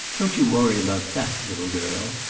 don't you worry about that, little girl.